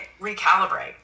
recalibrate